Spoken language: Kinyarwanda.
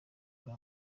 bwa